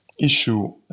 issue